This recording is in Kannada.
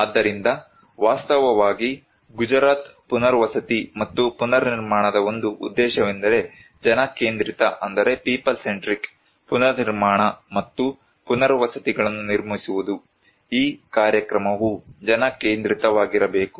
ಆದ್ದರಿಂದ ವಾಸ್ತವವಾಗಿ ಗುಜರಾತ್ ಪುನರ್ವಸತಿ ಮತ್ತು ಪುನರ್ನಿರ್ಮಾಣದ ಒಂದು ಉದ್ದೇಶವೆಂದರೆ ಜನ ಕೇಂದ್ರಿತ ಪುನರ್ನಿರ್ಮಾಣ ಮತ್ತು ಪುನರ್ವಸತಿಗಳನ್ನು ನಿರ್ಮಿಸುವುದು ಈ ಕಾರ್ಯಕ್ರಮವು ಜನ ಕೇಂದ್ರಿತವಾಗಿರಬೇಕು